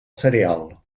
cereal